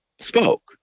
spoke